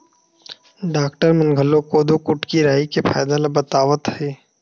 doctor मन घलोक कोदो, कुटकी, राई के फायदा ल बतावत हे